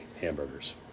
hamburgers